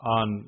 on